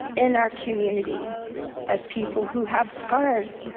in our community as people who have scars,